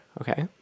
okay